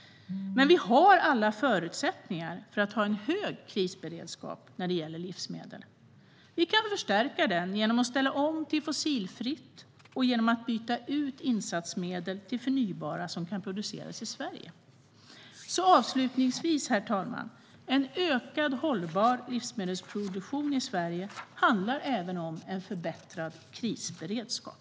Men vi har alla förutsättningar för att ha en hög krisberedskap när det gäller livsmedel. Vi kan förstärka den genom att ställa om till fossilfritt och genom att byta ut insatsmedlen till förnybara sådana som kan produceras i Sverige. Avslutningsvis, herr talman, vill jag säga att en ökad hållbar livsmedelsproduktion i Sverige även handlar om en förbättrad krisberedskap.